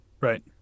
right